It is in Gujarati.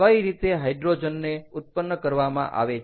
કઈ રીતે હાઈડ્રોજનને ઉત્પન્ન કરવામાં આવે છે